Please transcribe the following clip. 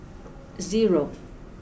zero